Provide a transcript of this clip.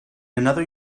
another